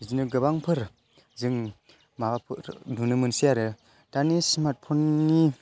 बिदिनो गोबांफोर जों माबाफोर नुनो मोनसै आरो दानि स्मार्तफन नि